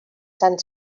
sant